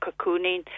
cocooning